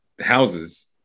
houses